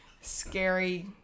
scary